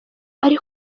ari